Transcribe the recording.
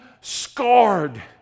Scarred